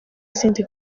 izindi